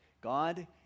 God